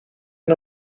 and